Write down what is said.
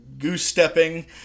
goose-stepping